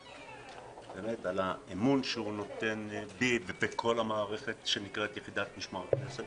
על האמון שהוא נותן בי ובכל המערכת שנקראת יחידת משמר הכנסת.